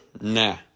Nah